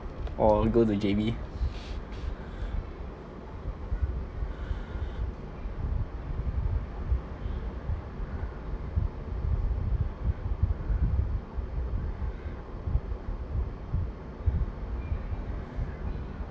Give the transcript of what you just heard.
or go to J_B